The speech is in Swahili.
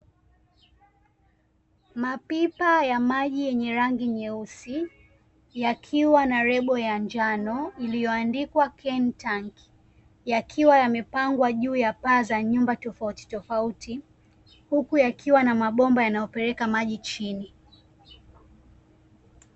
Mapipa ya maji yenye rangi nyeusi yakiwa na lebo ya njano iliyoandikwa CAN TANK, yakiwa yamepangwa juu ya paa za nyumba tofauti tofauti huku yakiwa na mabomba yanayo peleka maji chini.